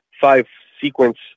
five-sequence